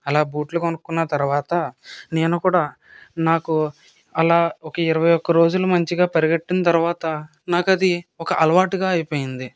అలా బూట్లు కొనుక్కున్న తరువాత నేను కూడా నాకు అలా ఒక ఇరవై రోజులు మంచిగా పరిగెట్టడం తర్వాత నాకది ఒక అలవాటుగా అయిపోయింది